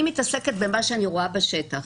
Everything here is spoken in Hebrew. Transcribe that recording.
אני מתעסקת במה שאני רואה בשטח.